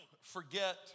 forget